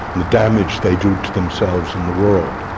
the damage they do to themselves in the world.